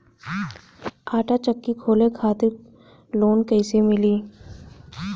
आटा चक्की खोले खातिर लोन कैसे मिली?